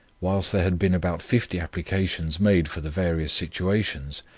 whilst there had been about fifty applications made for the various situations,